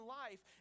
life